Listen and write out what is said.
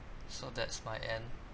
so that's my end